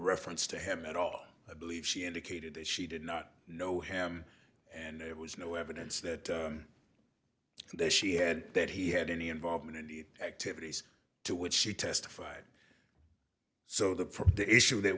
reference to him at all i believe she indicated that she did not know him and it was no evidence that that she had that he had any involvement and activities to which she testified so the